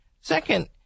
Second